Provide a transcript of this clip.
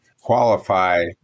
qualify